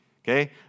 Okay